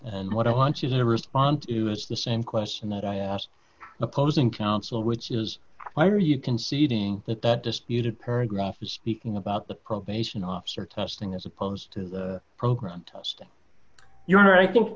f what i want you to respond to as the same question that i asked opposing counsel which is why are you conceding that that disputed paragraph is speaking about the probation officer testing as opposed to the program testing your honor i think